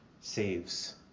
saves